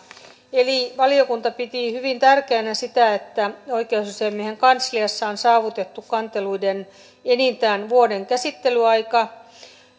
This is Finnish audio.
eli valiokunta piti hyvin tärkeänä sitä että oikeusasiamiehen kansliassa on saavutettu kanteluissa enintään vuoden käsittelyaika